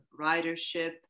ridership